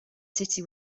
city